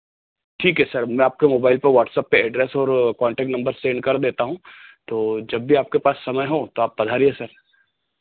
ठीक है सर मैं आपके मोबाइल पर वाट्सअप पर एड्रेस और कोन्टेक्ट नंबर सेंड कर देता हूँ तो जब भी आपके पास समय हो तो आप पधारिए सर